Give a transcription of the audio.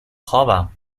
خوابم